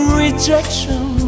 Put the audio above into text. rejection